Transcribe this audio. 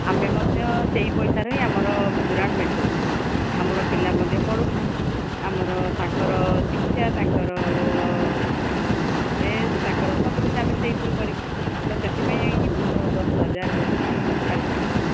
ଆମେ ମଧ୍ୟ ସେଇ ପଇସାରେ ହିଁ ଆମର ଗୁଜୁରାଣ ମେଣ୍ଟାଉଛୁ ଆମର ପିଲା ମଧ୍ୟ ପଢ଼ୁଛି ଆମର ତାଙ୍କର ଶିକ୍ଷା ତାଙ୍କର ଡ୍ରେସ୍ ତାଙ୍କର ସବୁ କିଛି ଆମେ ସେଇଥିରୁ କରିବୁ ତ ସେଥିପାଇଁ ମୋର ଦଶ ହଜାର ହେଉଛି ପାରିଶ୍ରମିକ